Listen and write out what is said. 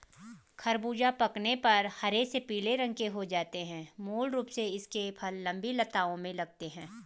ख़रबूज़ा पकने पर हरे से पीले रंग के हो जाते है मूल रूप से इसके फल लम्बी लताओं में लगते हैं